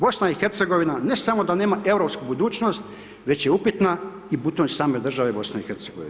BiH ne samo da nema europsku budućnost, već je upitna i budućnost same države BiH.